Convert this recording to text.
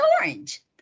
orange